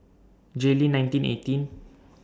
Jayleen nineteen eighteen